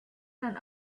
son